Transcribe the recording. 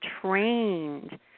trained